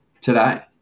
today